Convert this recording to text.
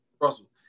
Russell